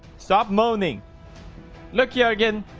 stop moaning look yeah jurgen